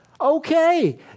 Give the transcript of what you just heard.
Okay